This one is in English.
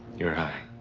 you're high.